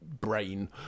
brain